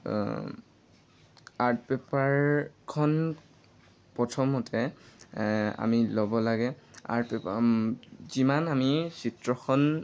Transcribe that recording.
art পেপাৰখন প্ৰথমতে আমি ল'ব লাগে আৰ্ট পেপাৰ যিমান আমি চিত্ৰখন